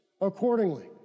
accordingly